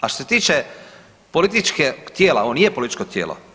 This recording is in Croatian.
A što se tiče političkog tijela, on je političko tijelo.